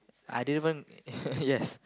I didn't even yes